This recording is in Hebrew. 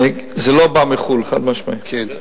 זה לא בא מחוץ-לארץ, חד-משמעית.